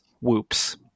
whoops